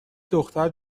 دختر